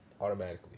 automatically